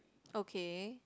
okay